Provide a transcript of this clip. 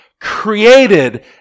created